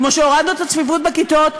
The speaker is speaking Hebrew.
כמו שהורדנו את הצפיפות בכיתות.